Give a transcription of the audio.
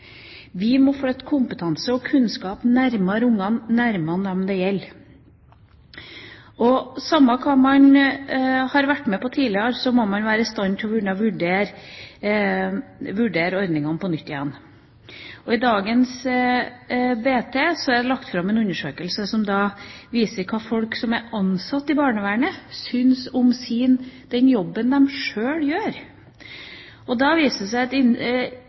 Vi må flytte kompetanse og kunnskap nærmere barna – nærmere dem det gjelder. Samme hva man har vært med på tidligere, må man være i stand til å vurdere ordningene på nytt. I dagens BT er det lagt fram en undersøkelse som viser hva folk som er ansatt i barnevernet, syns om den jobben de sjøl gjør. Da viser det seg